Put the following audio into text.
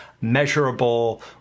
measurable